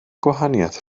gwahaniaeth